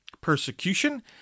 Persecution